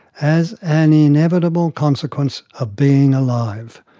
as an inevitable consequence of being alive.